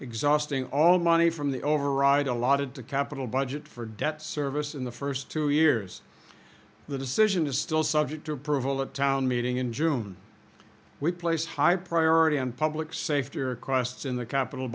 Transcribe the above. exhausting all money from the override allotted to capital budget for debt service in the first two years the decision is still subject to approval at town meeting in june we place high priority on public safety or crossed in the capital